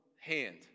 hand